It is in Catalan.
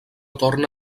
torna